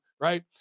right